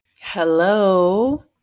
Hello